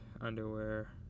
underwear